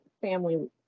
family